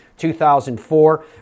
2004